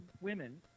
women